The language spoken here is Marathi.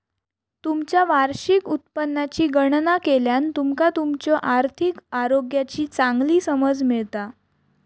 तुमचा वार्षिक उत्पन्नाची गणना केल्यान तुमका तुमच्यो आर्थिक आरोग्याची चांगली समज मिळता